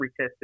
retested